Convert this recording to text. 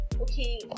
Okay